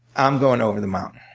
i'm going over the mountain.